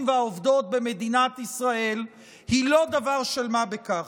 והעובדות במדינת ישראל הוא לא דבר של מה בכך.